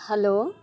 hello